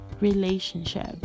relationship